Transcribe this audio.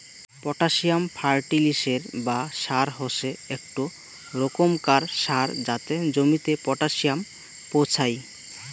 potassium ফার্টিলিসের বা সার হসে একটো রোকমকার সার যাতে জমিতে পটাসিয়াম পোঁছাই